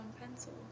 pencil